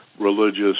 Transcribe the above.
religious